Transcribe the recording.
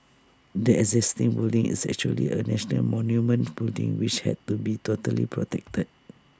the existing building is actually A national monument building which had to be totally protected